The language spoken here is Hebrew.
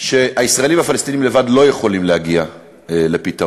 שהישראלים והפלסטינים לבד לא יכולים להגיע לפתרון,